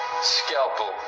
scalpel